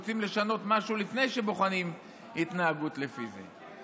רוצים לשנות משהו לפני שבוחנים התנהגות לפי זה.